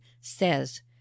says